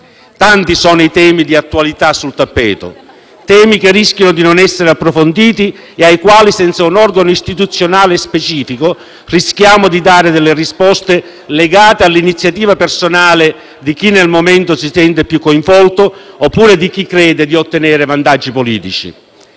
Tanti sono i temi di attualità sul tappeto, che rischiano di non essere approfonditi e ai quali, senza un organo istituzionale specifico, rischiamo di dare delle risposte legate all'iniziativa personale di chi nel momento si sente più coinvolto, oppure di chi crede di ottenere vantaggi politici.